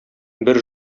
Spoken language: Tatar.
бер